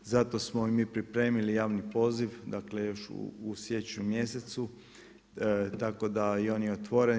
Zato smo i mi pripremili javni poziv, dakle još u siječnju mjesecu tako da i on je otvoren.